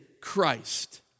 Christ